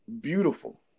beautiful